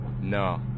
No